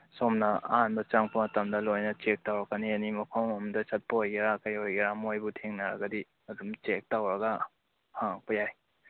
ꯁꯣꯝꯅ ꯑꯍꯥꯟꯕ ꯆꯪꯉꯛꯄ ꯃꯇꯝꯗ ꯂꯣꯏꯅ ꯆꯦꯛ ꯇꯧꯔꯛꯀꯅꯤ ꯑꯦꯅꯤ ꯃꯐꯝ ꯑꯃꯗ ꯆꯠꯄ ꯑꯣꯏꯒꯦꯔꯥ ꯀꯩ ꯑꯣꯏꯒꯦꯔꯥ ꯃꯣꯏꯕꯨ ꯊꯦꯡꯅꯔꯒꯗꯤ ꯑꯗꯨꯝ ꯆꯦꯛ ꯇꯧꯔꯒ ꯍꯪꯉꯛꯄ ꯌꯥꯏ